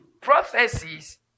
Prophecies